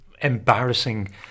embarrassing